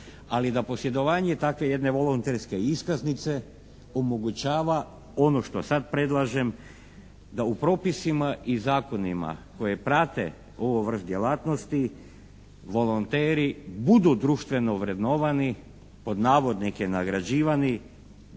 ali da posjedovanje takve jedne volonterske iskaznice omogućava ono što sad predlažem da u propisima i zakonima koje prate ovo vrh djelatnosti volonteri budu društveno vrednovani, pod navodnike "nagrađivani"